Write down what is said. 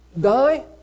die